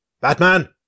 Batman